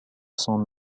son